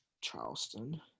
Charleston